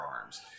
arms